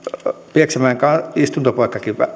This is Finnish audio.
pieksämäen istuntopaikkakin